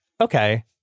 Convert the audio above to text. okay